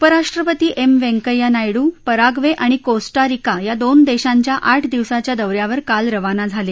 उपराष्ट्रपती M Venkaiah Naidu Paraguay आणि Costa Rica या दोन देशांच्या आठ दिवसांच्या दौ यावर काल रवाना झाले